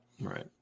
right